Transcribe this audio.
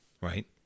right